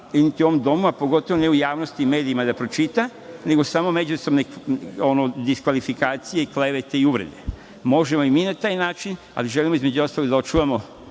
u ovom domu, a pogotovo ne u javnosti i medijima da pročita, nego samo međusobne diskvalifikacije, klevete i uvrede. Možemo i mi na taj način, ali želimo između ostalog da očuvamo,